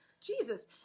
Jesus